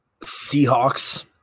Seahawks